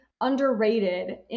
underrated